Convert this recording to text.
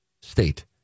state